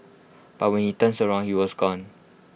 but when he turns around he was gone